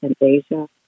Asia